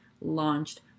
launched